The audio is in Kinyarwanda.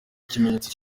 ikimenyetso